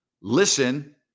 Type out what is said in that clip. Listen